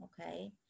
okay